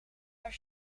haar